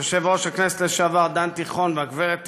יושב-ראש הכנסת לשעבר דן תיכון והגברת תיכון,